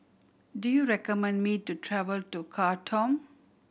do you recommend me to travel to Khartoum